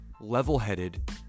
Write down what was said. level-headed